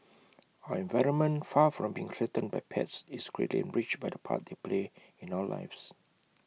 our environment far from being threatened by pets is greatly enriched by the part they play in our lives